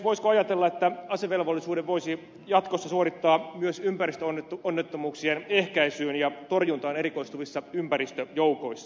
voisiko ajatella että asevelvollisuuden voisi jatkossa suorittaa myös ympäristöonnettomuuksien ehkäisyyn ja torjuntaan erikoistuvissa ympäristöjoukoissa